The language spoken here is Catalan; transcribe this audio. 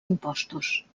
impostos